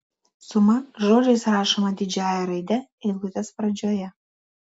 suma žodžiais rašoma didžiąja raide eilutės pradžioje